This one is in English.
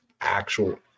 actual